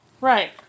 Right